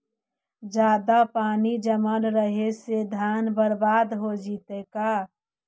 जादे पानी जमल रहे से धान बर्बाद हो जितै का?